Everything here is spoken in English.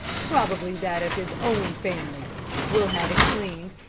probably that of his own family we'll have it cleaned,